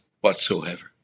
whatsoever